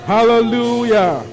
Hallelujah